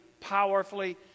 powerfully